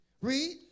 Read